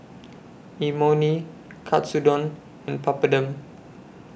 Imoni Katsudon and Papadum